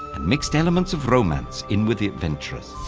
and mixed elements of romance in with the adventures.